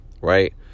right